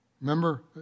Remember